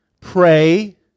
pray